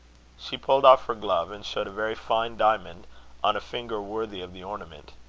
she pulled off her glove and showed a very fine diamond on a finger worthy of the ornament.